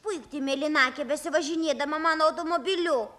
puikti mėlynakė besivažinėdama mano automobiliu